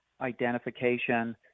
identification